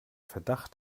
verdacht